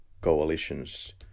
coalitions